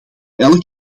elk